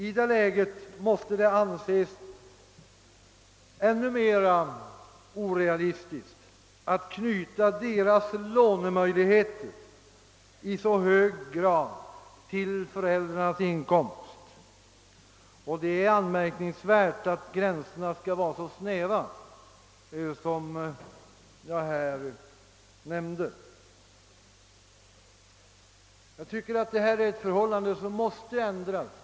I detta läge måste det anses ännu mer orealistiskt att i så hög grad knyta deras lånemöjligheter till föräldrarnas inkomst. Det är anmärkningsvärt att gränserna skall vara så snäva som jag här nämnde. Detta är ett förhållande som måste ändras.